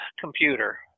computer